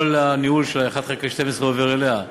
כל הניהול של 1 חלקי 12 עובר אליה,